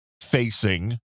facing